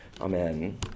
Amen